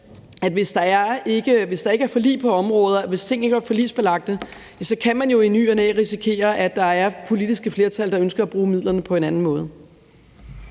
hvis der ikke er forlig på områder, hvis ting ikke er forligsbelagte, så kan man jo i ny og næ risikere, at der er politiske flertal, der ønsker at bruge midlerne på en anden måde.